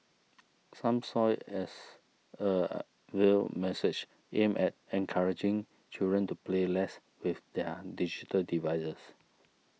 some saw it as a veiled message aimed at encouraging children to play less with their digital devices